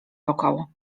wokoło